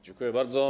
Dziękuję bardzo.